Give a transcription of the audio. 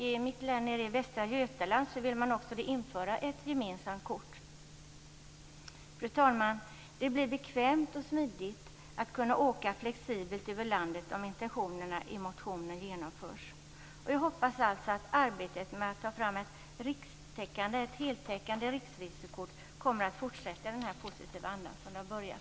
I mitt län, Västra Götaland, vill man också införa ett gemensamt kort. Fru talman! Det blir bekvämt och smidigt att kunna åka flexibelt över landet om intentionerna i motionen genomförs. Jag hoppas alltså att arbetet med att ta fram ett heltäckande riksresekort kommer att fortsätta i den positiva anda som det har börjat.